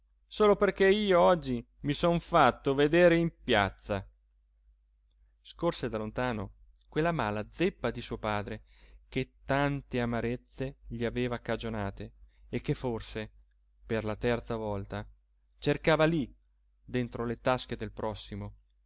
solo perché io oggi mi son fatto vedere in piazza scorse da lontano quella mala zeppa di suo padre che tante amarezze gli aveva cagionate e che forse per la terza volta cercava lí dentro le tasche del prossimo